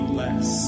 less